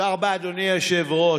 תודה רבה, אדוני היושב-ראש.